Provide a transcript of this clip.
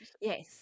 Yes